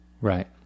Right